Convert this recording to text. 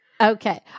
Okay